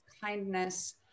kindness